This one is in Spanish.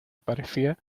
aparecía